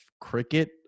cricket